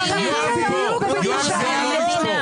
תודה אדוני, אמשיך.